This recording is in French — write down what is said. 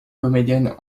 comédienne